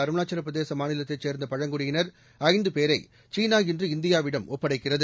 அருணாச்சலப் பிரதேச மாநிலத்தைச் சேர்ந்த பழங்குடியினர் ஐந்து பேரை சீனா இன்று இந்தியாவிடம் ஒப்படைக்கிறது